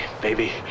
baby